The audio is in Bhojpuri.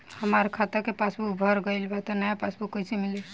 हमार खाता के पासबूक भर गएल बा त नया पासबूक कइसे मिली?